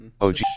OG